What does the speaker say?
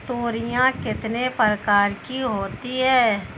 तोरियां कितने प्रकार की होती हैं?